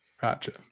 Gotcha